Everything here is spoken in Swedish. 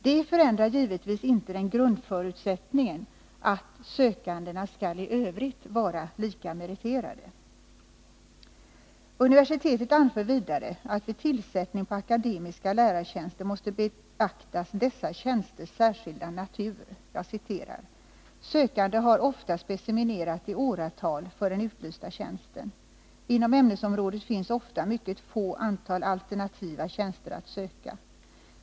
Det förändrar givetvis inte grundförutsättningen att sökandena i övrigt skall vara lika meriterade. Universitetet anför vidare att man vid tillsättning på akademiska lärartjänster måste beakta dessa tjänsters särskilda natur: ”Sökande har ofta speciminerat i åratal för den utlysta tjänsten. Inom ämnesområdet finns ofta mycket få antal alternativa tjänster att söka.